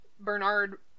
Bernard